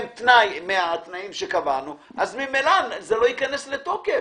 תנאי מן התנאים שקבענו אז ממילא זה לא ייכנס לתוקף.